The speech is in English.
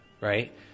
right